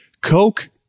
coke